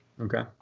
Okay